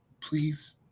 please